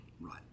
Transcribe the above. Right